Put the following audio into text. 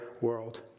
world